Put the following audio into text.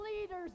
leaders